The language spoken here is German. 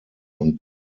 und